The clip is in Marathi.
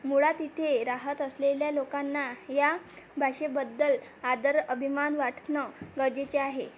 मुळात इथे राहत असलेल्या लोकांना या भाषेबद्दल आदर अभिमान वाटणं गरजेचे आहे